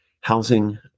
housing